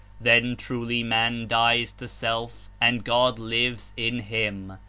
then truly man dies to self and god lives in him,